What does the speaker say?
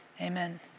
amen